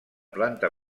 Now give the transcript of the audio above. planta